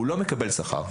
הוא לא מקבל שכר,